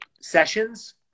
sessions